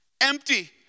empty